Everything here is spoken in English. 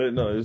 no